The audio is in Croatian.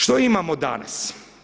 Što imamo danas?